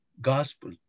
gospel